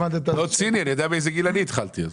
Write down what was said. יודע באיזה גיל אני התחלתי.